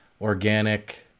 Organic